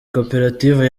koperative